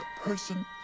person